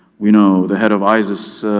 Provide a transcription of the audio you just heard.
you know the head of isis,